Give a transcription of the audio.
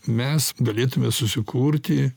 mes galėtume susikurti